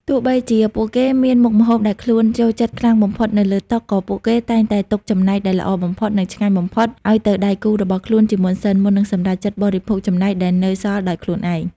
ទោះបីជាពួកគេមានមុខម្ហូបដែលខ្លួនចូលចិត្តខ្លាំងបំផុតនៅលើតុ ក៏ពួកគេតែងតែទុកចំណែកដែលល្អបំផុត និងឆ្ងាញ់បំផុតឱ្យទៅដៃគូរបស់ខ្លួនជាមុនសិន មុននឹងសម្រេចចិត្តបរិភោគចំណែកដែលនៅសល់ដោយខ្លួនឯង។